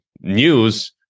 news